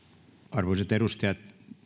arvoisat edustajat